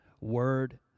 word